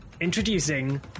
Introducing